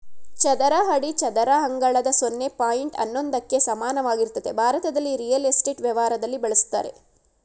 ಚದರ ಅಡಿ ಚದರ ಅಂಗಳದ ಸೊನ್ನೆ ಪಾಯಿಂಟ್ ಹನ್ನೊಂದಕ್ಕೆ ಸಮಾನವಾಗಿರ್ತದೆ ಭಾರತದಲ್ಲಿ ರಿಯಲ್ ಎಸ್ಟೇಟ್ ವ್ಯವಹಾರದಲ್ಲಿ ಬಳುಸ್ತರೆ